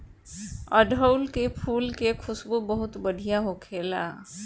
अढ़ऊल के फुल के खुशबू बहुत बढ़िया होखेला